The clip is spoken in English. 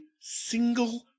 single